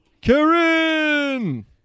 Karen